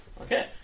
Okay